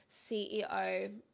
CEO